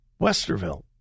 Westerville